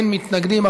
אין מתנגדים,